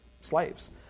slaves